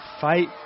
fight